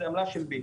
זו עמלה של "ביט".